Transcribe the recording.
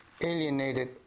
alienated